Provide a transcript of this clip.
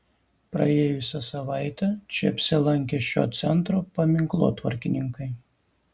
praėjusią savaitę čia apsilankė šio centro paminklotvarkininkai